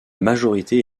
majorité